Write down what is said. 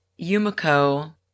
Yumiko